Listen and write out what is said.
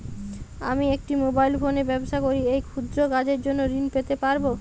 আমি একটি মোবাইল ফোনে ব্যবসা করি এই ক্ষুদ্র কাজের জন্য ঋণ পেতে পারব?